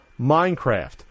Minecraft